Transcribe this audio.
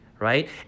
Right